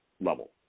level